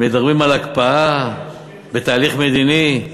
מדברים על הקפאה בתהליך מדיני.